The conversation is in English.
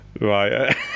Right